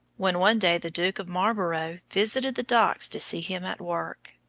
when one day the duke of marlborough visited the docks to see him at work.